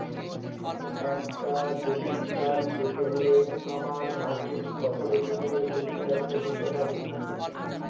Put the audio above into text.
একটা debit card পেতে হলে আমার মাসিক কত বেতনের অধিকারি হতে হবে?